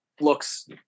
looks